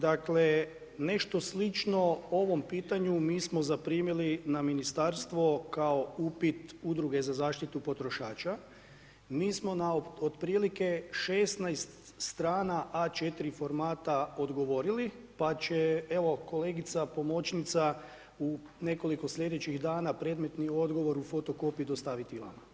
Dakle nešto slično ovom pitanju mi smo zaprimili na ministarstvo kao upit udruge za zaštitu potrošača, mi smo na otprilike 16 strana A4 formata odgovorili pa će kolegice pomoćnica u nekoliko sljedećih dana predmetni odgovor u fotokopiji dostaviti vama.